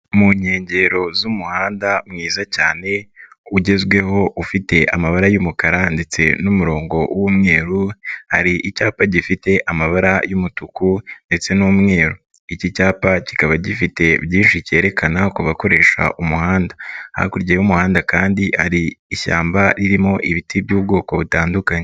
Mu nkengero z'umuhanda mwiza cyane ugezweho ufite amabara y'umukara ndetse n'umurongo w'umweru, hari icyapa gifite amabara y'umutuku ndetse n'umweru, iki cyapa kikaba gifite byinshi kerekana ku bakoresha umuhanda. Hakurya y'umuhanda kandi hari ishyamba ririmo ibiti by'ubwoko butandukanye.